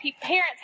parents